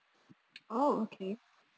oh okay